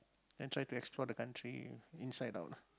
then try to explore the country inside out lah